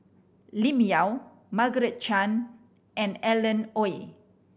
Lim Yau Margaret Chan and Alan Oei